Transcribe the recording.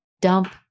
dump